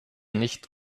nicht